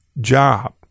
job